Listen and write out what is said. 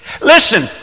Listen